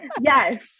Yes